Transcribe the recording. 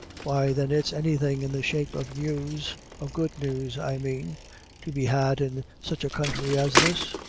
why then is anything in the shape of news of good news i mean to be had in such a counthry as this?